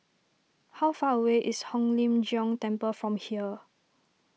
how far away is Hong Lim Jiong Temple from here